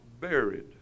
buried